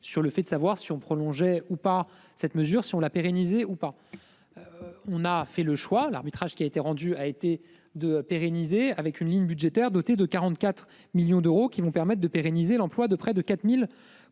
sur le fait de savoir si on prolongeait ou pas. Cette mesure, si on la pérenniser ou pas. On a fait le choix, l'arbitrage qui a été rendu a été de pérenniser avec une ligne budgétaire doté de 44 millions d'euros qui vont permettre de pérenniser l'emploi de près de 4000